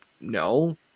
No